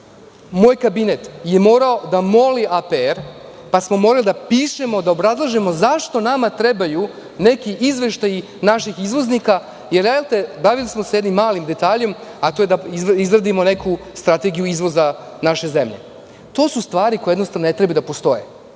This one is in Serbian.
moj kabinet je morao da moli APR, pa smo morali da pišemo, da obrazlažemo zašto nama trebaju neki izveštaji naših izvoznika. Bavili smo se sa jednim malim detaljem, a to je da izradimo neku strategiju izvoza naše zemlje. To su stvari koje jednostavno ne treba da postoje.